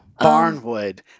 Barnwood